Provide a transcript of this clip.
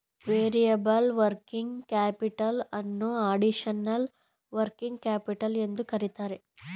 variable working capital ಅನ್ನೋ additional working capital ಎಂದು ಕರಿತರೆ